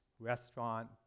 restaurant